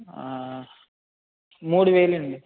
మూడువేలండి